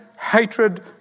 hatred